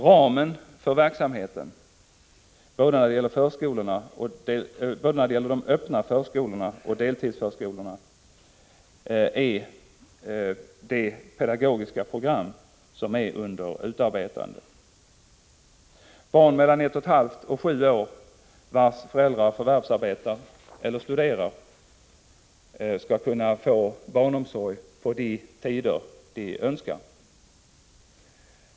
Ramen för verksamheten både när det gäller de öppna förskolorna och när det gäller deltidsförskolorna är det pedagogiska program som nu är under utarbetande i socialstyrelsen. Förvärvsarbetande eller studerande föräldrar med barn mellan ett och ett halvt år och sju år skall kunna få barnomsorg på de tider de önskar.